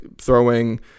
throwing